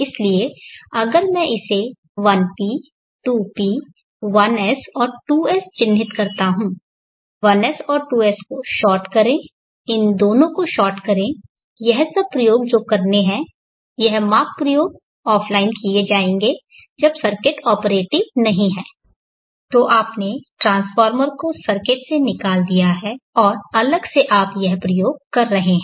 इसलिए अगर मैं इसे 1p 2p 1s और 2s चिह्नित करता हूं 1s और 2s को शार्ट करें इन दोनों को शार्ट करें यह सब प्रयोग जो करने हैं यह माप प्रयोग ऑफ़लाइन किए जाएंगे जब सर्किट ऑपरेटिव नहीं है तो आपने ट्रांसफार्मर को सर्किट से निकाल दिया है और अलग से आप यह प्रयोग कर रहे हैं